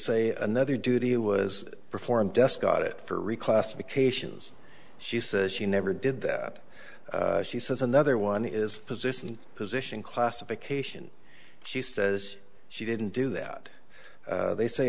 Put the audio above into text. say another duty was performed desk got it for reclassification she says she never did that she says another one is position and position classification she says she didn't do that they say